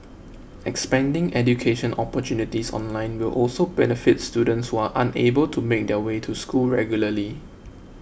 expanding education opportunities online will also benefit students who are unable to make their way to school regularly